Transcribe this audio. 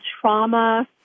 trauma